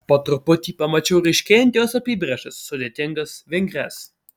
po truputį pamačiau ryškėjant jos apybrėžas sudėtingas vingrias